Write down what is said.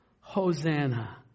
Hosanna